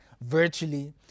virtually